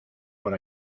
por